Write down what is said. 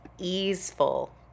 easeful